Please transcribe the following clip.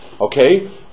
Okay